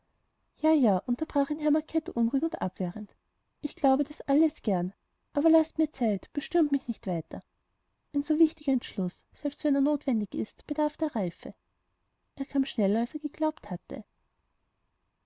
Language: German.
ja ja unterbrach ihn herr macket unruhig und abwehrend ich glaube das alles gern aber laßt mir zeit bestürmt mich nicht weiter ein so wichtiger entschluß selbst wenn er notwendig ist bedarf der reife er kam schneller als er geglaubt hatte